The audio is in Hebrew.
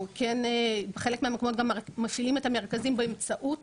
בחלק מהמקומות אנחנו גם מפעילים את המרכזים באמצעות